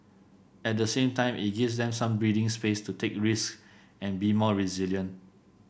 at the same time it gives them some breathing space to take risks and be more resilient